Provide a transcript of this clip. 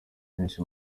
benshi